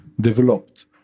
developed